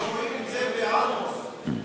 בקוד הפתוח.